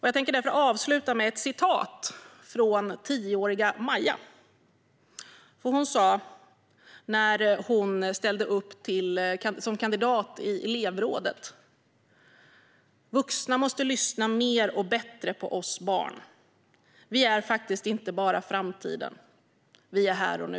Jag tänker avsluta med ett citat från tioåriga Maja: När hon ställde upp som kandidat till elevrådet sa hon: "Vuxna måste lyssna mer och bättre på oss barn. Vi är faktiskt inte bara framtiden, vi är här och nu".